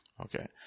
Okay